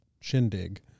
shindig